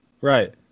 right